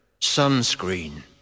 sunscreen